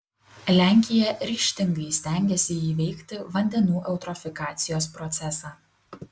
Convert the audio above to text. lenkija ryžtingai stengiasi įveikti vandenų eutrofikacijos procesą